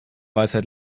weisheit